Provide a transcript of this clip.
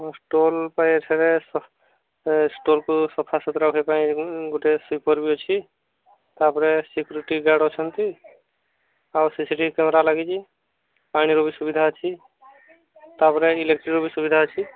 ଷ୍ଟଲ୍କୁ ସଫା ସୁତାରା କରିବା ପାଇଁ ଗୋଟେ ସୁଇପର୍ ଅଛି ତା ପରେ ସିକୁରିଟି ଗାର୍ଡ଼ ଅଛନ୍ତି ଆଉ ସିସିଟିଭି କ୍ୟାମେରା ଲାଗିଛି ପାଣିର ବି ସୁବିଧା ଅଛି ତା ପରେ ଇଲେକ୍ଟ୍ରିର ବି ସୁବିଧା ଅଛି